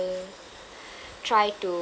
try to